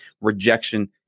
rejection